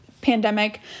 pandemic